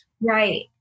Right